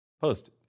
Post